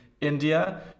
india